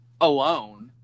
alone